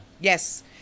yes